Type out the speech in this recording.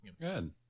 good